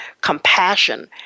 compassion